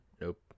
Nope